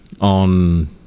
on